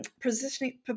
positioning